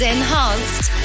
Enhanced